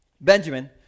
Benjamin